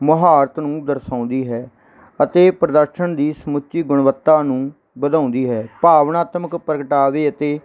ਮੁਹਾਰਤ ਨੂੰ ਦਰਸਾਉਂਦੀ ਹੈ ਅਤੇ ਪ੍ਰਦਰਸ਼ਨ ਦੀ ਸਮੁੱਚੀ ਗੁਣਵੱਤਾ ਨੂੰ ਵਧਾਉਂਦੀ ਹੈ ਭਾਵਨਾਤਮਕ ਪ੍ਰਗਟਾਵੇ ਅਤੇ